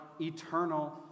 eternal